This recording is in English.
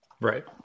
Right